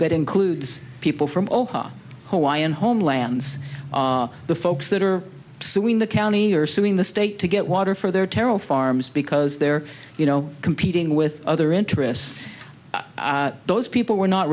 that includes people from all hawaiian homelands the folks that are suing the county are suing the state to get water for their terrell farms because they're you know competing with other interests those people were not